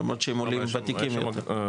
למרות שהם עולים וותיקים יותר.